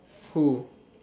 who